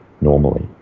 normally